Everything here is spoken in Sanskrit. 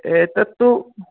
एतत्तु